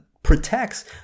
protects